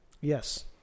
Yes